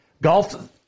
golf